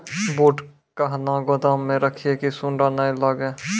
बूट कहना गोदाम मे रखिए की सुंडा नए लागे?